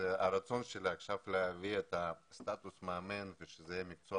הרצון שלי עכשיו להביא את הסטטוס מאמן לכך שהוא יהיה מקצוע